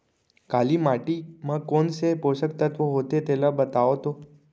काली माटी म कोन से पोसक तत्व होथे तेला बताओ तो?